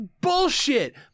bullshit